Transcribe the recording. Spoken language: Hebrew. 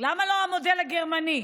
למה לא המודל הגרמני?